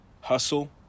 hustle